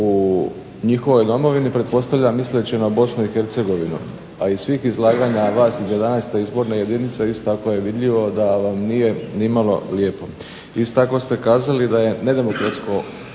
u njihovoj domovini, pretpostavljam misleći na Bosnu i Hercegovinu, a iz svih izlaganja vas iz 11. izborne jedinice isto tako je vidljivo da vam nije nimalo lijepo. Isto tako ste kazali da nedemokratsko